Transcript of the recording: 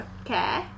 Okay